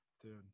Dude